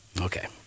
Okay